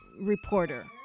reporter